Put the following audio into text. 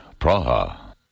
Praha